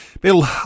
Bill